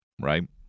right